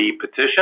petition